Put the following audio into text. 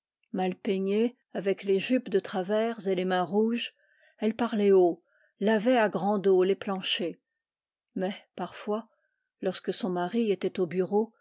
mal peignée avec les jupes de travers et les mains rouges elle parlait haut lavait à grande eau les planchers mais parfois lorsque son mari était au bureau